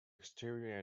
exterior